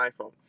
iPhone